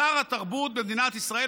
שר התרבות במדינת ישראל,